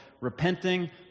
repenting